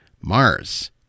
Mars